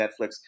Netflix